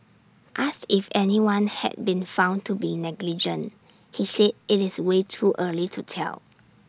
asked if anyone had been found to be negligent he said IT is way too early to tell